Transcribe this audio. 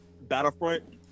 battlefront